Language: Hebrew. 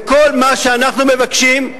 וכל מה שאנחנו מבקשים,